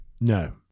No